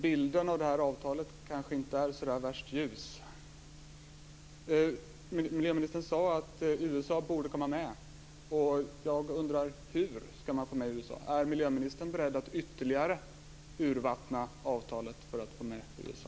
Bilden av det här avtalet är alltså inte så särskilt ljus. Miljöministern sade att USA borde komma med. Jag undrar hur man ska få med USA. Är miljöministern beredd att ytterligare urvattna avtalet för att få med USA?